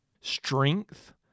strength